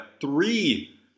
three